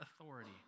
authority